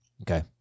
Okay